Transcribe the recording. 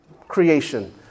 creation